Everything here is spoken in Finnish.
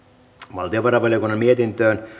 valtiovarainvaliokunnan mietintöön